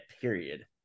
period